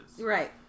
Right